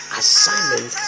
assignment